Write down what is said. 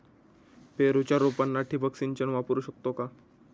पेरूच्या रोपांना ठिबक सिंचन वापरू शकतो का?